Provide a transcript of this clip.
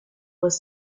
with